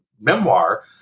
memoir